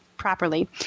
Properly